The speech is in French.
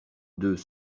deux